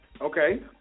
Okay